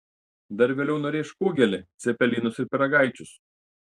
dar vėliau nurėš kugelį cepelinus ir pyragaičius